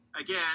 again